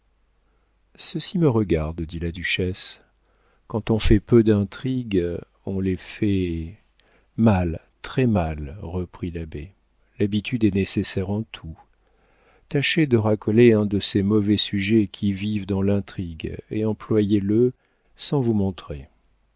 ceci me regarde dit la duchesse quand on fait peu d'intrigues on les fait mal très-mal reprit l'abbé l'habitude est nécessaire en tout tâchez de racoler un de ces mauvais sujets qui vivent dans l'intrigue et employez le sans vous montrer